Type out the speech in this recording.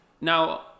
Now